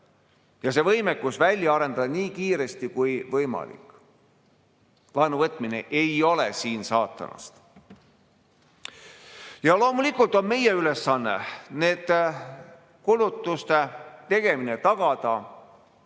ja see võimekus välja arendada nii kiiresti kui võimalik. Laenuvõtmine ei ole siin saatanast. Loomulikult on meie ülesanne nende kulutuste tegemine tagada,